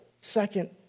Second